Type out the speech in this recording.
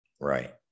right